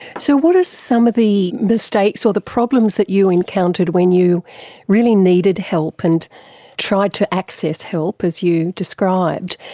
so what are some of the mistakes or the problems that you encountered when you really needed help and tried to access help, as you described?